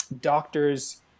doctors